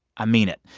i mean it.